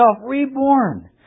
reborn